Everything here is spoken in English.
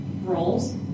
roles